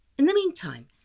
in the meantime,